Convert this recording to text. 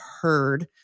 heard